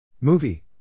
Movie